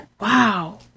Wow